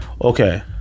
Okay